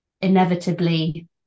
inevitably